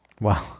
wow